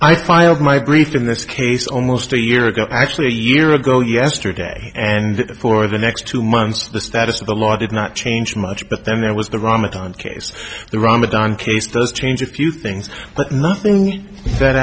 i filed my brief in this case almost a year ago actually a year ago yesterday and for the next two months the status of the law did not change much but then there was the ramadan case the ramadan case does change a few things but nothing that